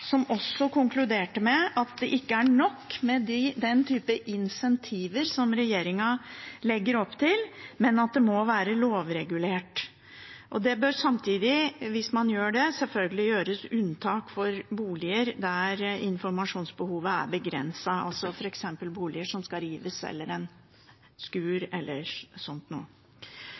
som konkluderte med at det ikke er nok med den type incentiver som regjeringen legger opp til, men at det må være lovregulert. Hvis man gjør det, bør det selvfølgelig samtidig gjøres unntak for boliger der informasjonsbehovet er begrenset, f.eks. boliger som skal rives, et skur e.l. Det takstlovutvalget sa, som var veldig viktige argumenter for en